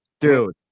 dude